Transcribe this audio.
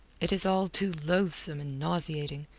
it is all too loathsome and nauseating,